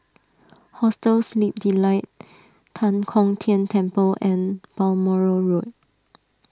Hostel Sleep Delight Tan Kong Tian Temple and Balmoral Road